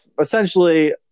essentially